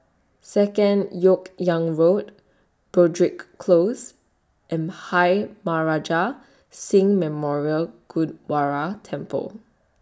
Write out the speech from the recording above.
Second Yok Yang Road Broadrick Close and Bhai Maharaj Singh Memorial Gurdwara Temple